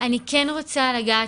אני כן רוצה לגעת,